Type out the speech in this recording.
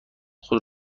خود